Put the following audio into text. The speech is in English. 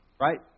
Right